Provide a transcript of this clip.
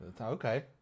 Okay